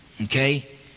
Okay